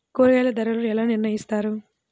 కూరగాయల ధరలు ఎలా నిర్ణయిస్తారు?